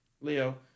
Leo